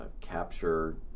capture